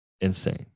insane